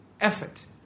effort